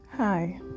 Hi